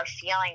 feeling